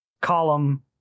column